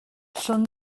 són